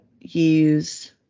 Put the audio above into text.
use